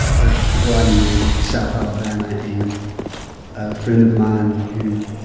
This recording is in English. the people i knew in south alabama and a friend of mine who